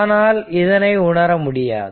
ஆனால் இதனை உணர முடியாது